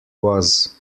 was